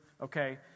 okay